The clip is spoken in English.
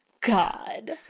god